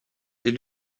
est